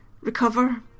recover